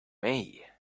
may